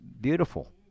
beautiful